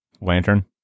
Lantern